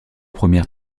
premières